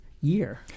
year